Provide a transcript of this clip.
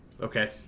okay